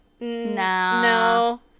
no